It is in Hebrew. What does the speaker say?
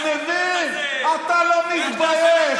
ולכן אני אומר, עליך אני מדבר.